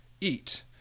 eat